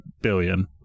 billion